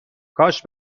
کاش